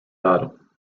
battle